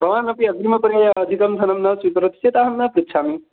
भवानपि अग्रिमपर्याये अधिकं धनं न स्वीकरोति चेत् अहं न पृच्छामि